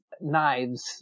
knives